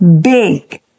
big